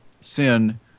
sin